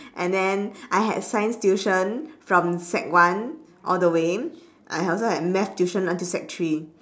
and then I had science tuition from sec one all the way and I also had math tuition until sec three